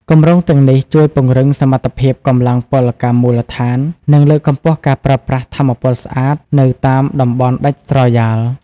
គម្រោងទាំងនេះជួយពង្រឹងសមត្ថភាពកម្លាំងពលកម្មមូលដ្ឋាន និងលើកកម្ពស់ការប្រើប្រាស់ថាមពលស្អាតនៅតាមតំបន់ដាច់ស្រយាល។